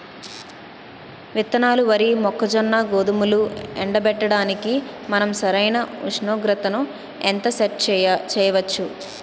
విత్తనాలు వరి, మొక్కజొన్న, గోధుమలు ఎండబెట్టడానికి మనం సరైన ఉష్ణోగ్రతను ఎంత సెట్ చేయవచ్చు?